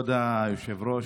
כבוד היושב-ראש,